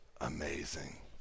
amazing